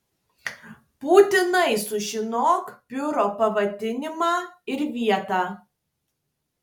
būtinai sužinok biuro pavadinimą ir vietą